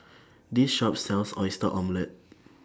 This Shop sells Oyster Omelette